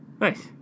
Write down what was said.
Nice